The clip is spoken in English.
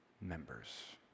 members